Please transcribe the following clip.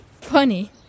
Funny